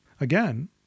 Again